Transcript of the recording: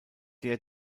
der